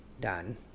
done